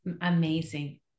amazing